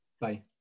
Bye